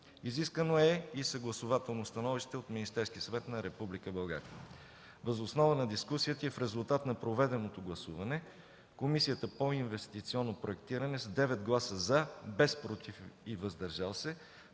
Изискано е и съгласувателно становище от Министерския съвет на Република България. Въз основа на дискусията и в резултат на проведеното гласуване, Комисията по инвестиционно проектиране с 9 гласа „за”, без „против” и „въздържали се”,